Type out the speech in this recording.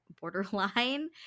borderline